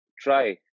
try